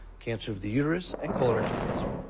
cancer of the uterus and colorectal canser.